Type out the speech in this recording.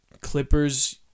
Clippers